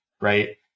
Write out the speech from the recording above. Right